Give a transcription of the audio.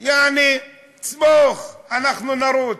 יעני, סמוך, אנחנו נרוץ.